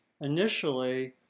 initially